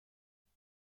نگهش